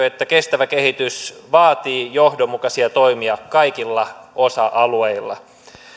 että kestävä kehitys vaatii johdonmukaisia toimia kaikilla osa alueilla